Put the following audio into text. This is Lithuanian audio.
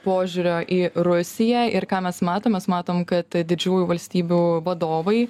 požiūrio į rusiją ir ką mes matom mes matom kad didžiųjų valstybių vadovai